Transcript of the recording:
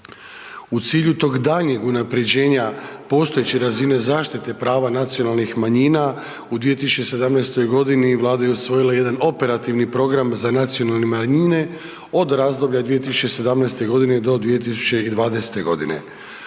U cilju tog daljnjeg unaprjeđenja postojeće razine zaštite prava nacionalnih manjina, u 2017. g. Vlada je usvojila jedan operativni program za nacionalne manjine od razdoblja 2017. g. do 2020. g.